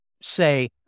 say